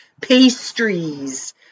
pastries